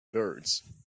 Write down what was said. birds